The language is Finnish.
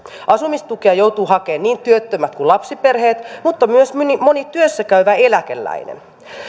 asumistukea joutuvat hakemaan niin työttömät kuin lapsiperheet mutta myös moni moni työssä käyvä ja eläkeläinen